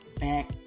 back